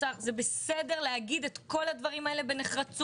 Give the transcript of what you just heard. שר זה בסדר להגיד את כל הדברים האלה בנחרצות,